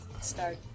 Start